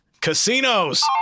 casinos